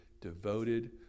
devoted